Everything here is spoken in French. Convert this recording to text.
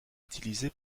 utilisée